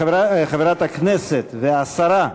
חברת הכנסת והשרה,